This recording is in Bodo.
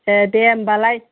ए दे होमबालाय